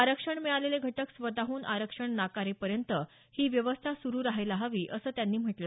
आरक्षण मिळालेले घटक स्वतःहून आरक्षण नाकारेपर्यंत ही व्यवस्था सुरू रहायला हवी असं त्यांनी म्हटलं